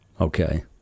Okay